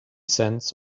cents